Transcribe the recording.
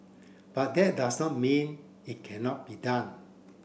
but that does not mean it cannot be done